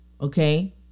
Okay